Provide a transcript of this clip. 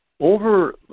over